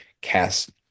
cast